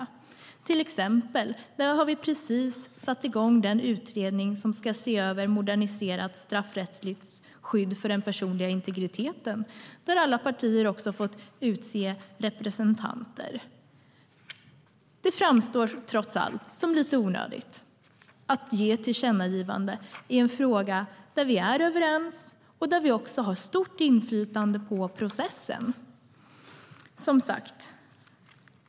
Vi har till exempel precis satt igång den utredning som ska se över moderniserat straffrättsligt skydd för den personliga integriteten. Där har alla partier fått utse representanter. Det framstår trots allt som lite onödigt att ge ett tillkännagivande i en fråga där vi är överens och där vi har stort inflytande på processen.